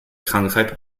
krankheit